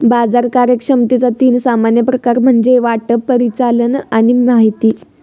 बाजार कार्यक्षमतेचा तीन सामान्य प्रकार म्हणजे वाटप, परिचालन आणि माहिती